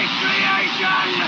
creation